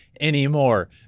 anymore